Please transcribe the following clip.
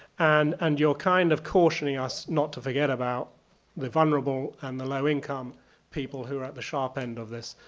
and and you're kind of cautioning us not to forget about the vulnerable and the low-income people who are at the sharp end of this.